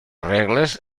regles